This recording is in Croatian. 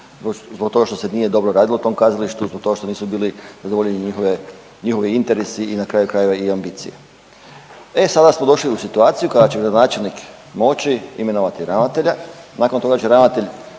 zbog toga što se nije dobro radilo u tom kazalištu, zbog toga što nisu bili zadovoljeni njegove, njihovi interesi i na kraju krajeva i ambicije. E sada smo došli u situaciju kada će gradonačelnik moći imenovati ravnatelja, nakon toga će ravnatelj